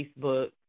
Facebook